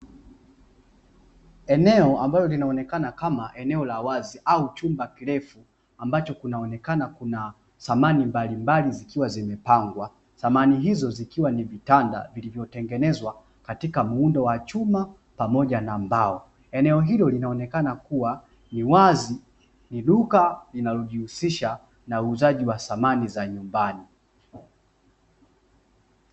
Eneo ambalo linaonekana kama eneo la wazi au chumba kirefu ambacho kunaonekana kuna samani mbalimbali zikiwa zimepangwa, samani hizo zikiwa ni vitanda vilivyotengenezwa katika muundo wa chuma pamoja na mbao. Eneo hilo linaonekana kuwa ni wazi ni duka linalojihusisha na uuzaji wa samani za nyumbani.